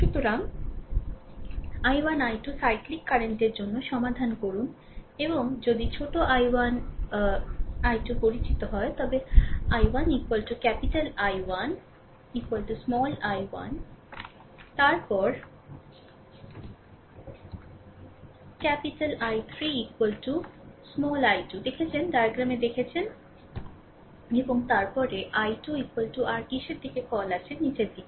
সুতরাং I1 I2 cyclic কারেন্টের জন্য সমাধান করুন এবং যদি ছোট I1 I2 পরিচিত হয় তবে I1 I1 ছোট I1 তারপরে I3 ছোট I2 দেখেছেন ডায়াগ্রামে দেখেছেন এবং তারপরে I2 rকিসের দিকে কল আছে নিচের দিকে